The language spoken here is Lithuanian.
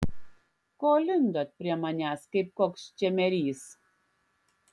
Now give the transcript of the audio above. ko lindot prie manęs kaip koks čemerys